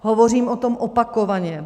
Hovořím o tom opakovaně.